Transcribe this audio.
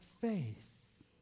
faith